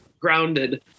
grounded